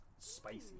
spicy